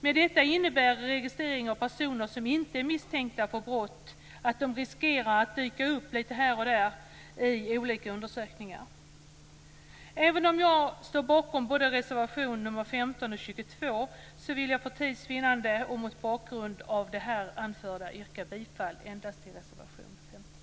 Med detta innebär registrering av personer som inte är misstänkta för brott att de riskerar att dyka upp litet här och där i olika undersökningar. Även om jag står bakom både reservationerna nr 15 och 22, vill jag för tids vinnande och mot bakgrund av det här anförda yrka bifall endast till reservation nr 15.